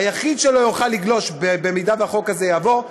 היחיד שלא יוכל לגלוש, במידה שהחוק הזה יעבור,